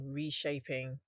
reshaping